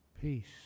peace